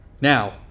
Now